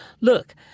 look